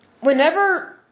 Whenever